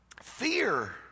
Fear